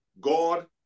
God